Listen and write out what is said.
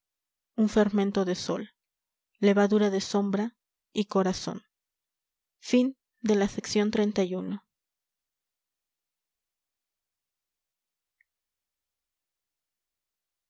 un fermento de sol levadura de sombra y corazón vierte el